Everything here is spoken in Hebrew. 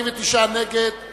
התשס"ט 2009, נתקבלה.